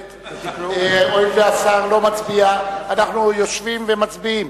הואיל והשר לא מצביע, אנחנו יושבים ומצביעים,